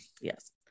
Yes